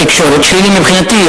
שלילי מבחינתי,